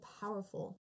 powerful